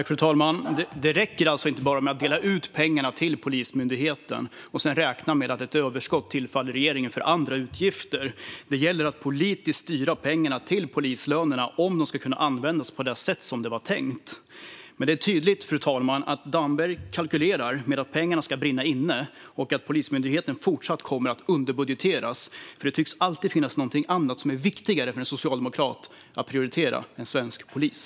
Fru talman! Det räcker inte med att bara dela ut pengarna till Polismyndigheten och sedan räkna med att ett överskott tillfaller regeringen för andra utgifter. Det gäller att politiskt styra pengarna till polislönerna, om de ska kunna användas på det sätt som det var tänkt. Men det är tydligt, fru talman, att Damberg kalkylerar med att pengarna ska brinna inne och att Polismyndigheten fortsatt kommer att underbudgeteras. Det tycks alltid finnas något annat som är viktigare för en socialdemokrat att prioritera än svensk polis.